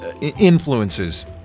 influences